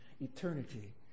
eternity